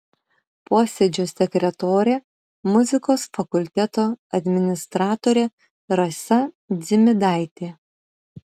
posėdžio sekretorė muzikos fakulteto administratorė rasa dzimidaitė